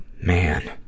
man